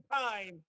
time